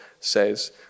says